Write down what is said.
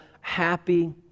happy